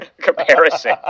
comparison